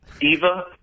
Eva